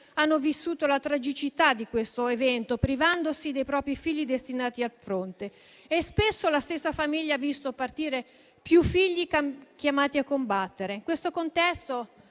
hanno vissuto la tragicità di questo evento privandosi dei propri figli destinati al fronte, e spesso la stessa famiglia ha visto partire più figli chiamati a combattere. In questo contesto,